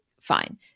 fine